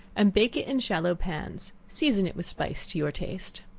and bake it in shallow pans season it with spice to your taste.